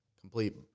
complete